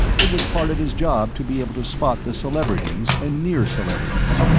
it was part of his job to be able to spot the celebrities and near celebrities.